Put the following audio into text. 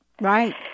Right